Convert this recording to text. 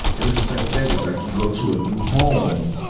and it's the same thing. it's like you go to a new home,